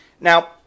Now